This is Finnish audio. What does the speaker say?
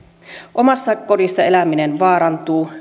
omassa kodissa eläminen vaarantuu